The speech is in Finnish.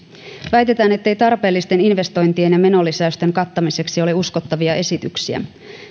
väitetään ettei tarpeellisten investointien ja menolisäysten kattamiseksi ole uskottavia esityksiä